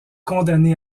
condamné